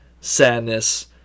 sadness